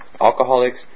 Alcoholics